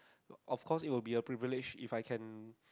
of course it will be the privilege if I can